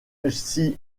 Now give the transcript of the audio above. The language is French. poste